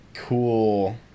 cool